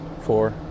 Four